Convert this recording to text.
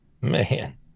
Man